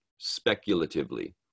speculatively